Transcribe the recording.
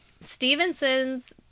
Stevenson's